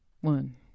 One